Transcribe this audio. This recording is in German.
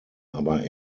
aber